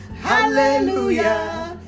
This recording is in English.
hallelujah